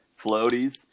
floaties